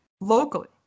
locally